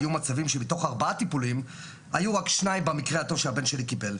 היו מצבים שמתוך ארבעה טיפולים היו רק שניים במקרה הטוב שהבן שלי קיבל,